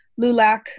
LULAC